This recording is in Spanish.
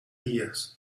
días